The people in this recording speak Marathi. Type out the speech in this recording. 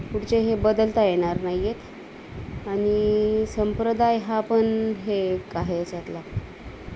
पुढचे हे बदलता येणार नाही आहेत आणि संप्रदाय हा पण हे आहे याच्यातला